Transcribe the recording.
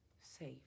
Safe